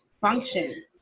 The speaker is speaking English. function